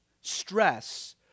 stress